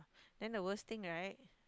then the worst thing right